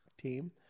team